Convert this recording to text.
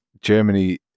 Germany